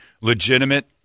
legitimate